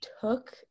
took